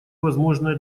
возможное